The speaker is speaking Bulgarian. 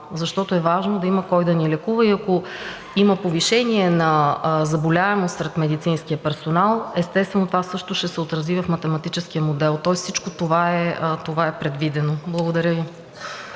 защото е важно да има кой да ни лекува и ако има повишение на заболяемостта сред медицинския персонал, естествено, това също ще се отрази в математическия модел. Тоест всичко това е предвидено. Благодаря Ви.